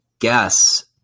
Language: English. guess